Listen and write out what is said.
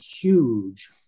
huge